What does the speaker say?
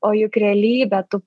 o juk realybę tu